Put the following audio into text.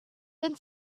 then